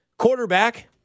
Quarterback